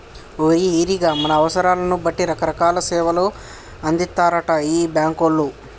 ఓరి ఈరిగా మన అవసరాలను బట్టి రకరకాల సేవలు అందిత్తారటరా ఈ బాంకోళ్లు